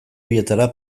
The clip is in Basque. bietara